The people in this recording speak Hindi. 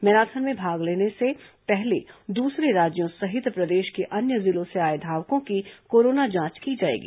मैराथन में भाग लेने से पहले दूसरे राज्यों सहित प्रदेश के अन्य जिलों से आए धावकों की कोरोना जांच की जाएगी